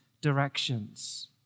directions